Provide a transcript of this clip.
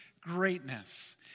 greatness